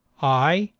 ay,